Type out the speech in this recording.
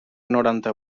noranta